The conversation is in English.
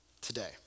today